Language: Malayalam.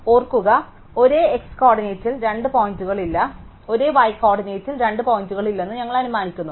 ഓർക്കുക ഒരേ x കോർഡിനേറ്റിൽ രണ്ട് പോയിന്റുകളില്ല ഒരേ y കോർഡിനേറ്റിൽ രണ്ട് പോയിന്റുകളില്ലെന്ന് ഞങ്ങൾ അനുമാനിക്കുന്നു